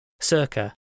Circa